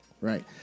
right